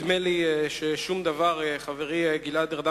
נדמה לי שבתקופת כהונתה של ממשלת קדימה הרכבת,